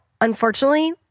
unfortunately